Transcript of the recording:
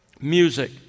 Music